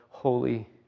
Holy